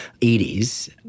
80s